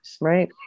right